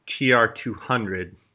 TR200